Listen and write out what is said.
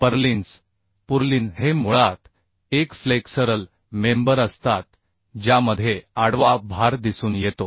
पर्लिन्सहे मुळात एक flexural member असतात ज्यामध्ये आडवा भार दिसून येतो